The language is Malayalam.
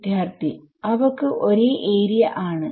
വിദ്യാർത്ഥി അവക്ക് ഒരേ ഏരിയ ആണ്